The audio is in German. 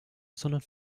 sondern